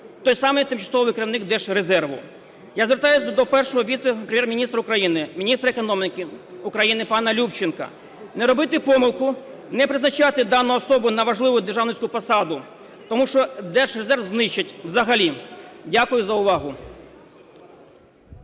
той самий тимчасовий керівник Держрезерву. Я звертаюсь до Першого віце-прем'єр-міністра України – міністра економіки України пана Любченка не робити помилку, не призначати дану особу на важливу державницьку посаду, тому що Держрезерв знищать взагалі. Дякую за увагу.